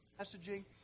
messaging